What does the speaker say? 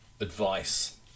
advice